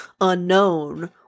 unknown